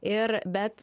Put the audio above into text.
ir bet